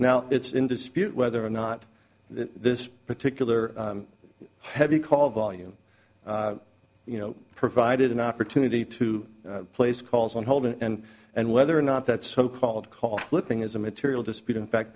now it's in dispute whether or not this particular heavy call volume you know provided an opportunity to place calls on hold and and whether or not that so called call flipping is a material dispute in fact